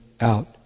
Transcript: out